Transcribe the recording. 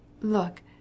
look